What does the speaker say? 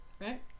Right